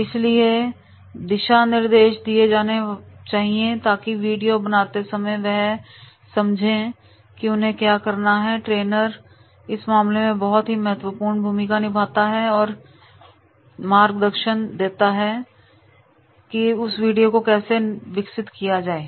इसलिए दिशा निर्देश दिए जाने चाहिए ताकि वीडियो बनाते समय वे यह समझे कि उन्हें क्या करना है और ट्रेनर इस मामले में बहुत ही महत्वपूर्ण भूमिका निभाता है और बैटरी न के मार्गदर्शन में एक वीडियो विकसित करता है